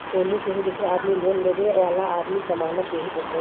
एमे केहू दूसर आदमी लोन लेवे वाला आदमी के जमानत देत हवे